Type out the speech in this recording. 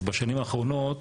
בשנים האחרונות,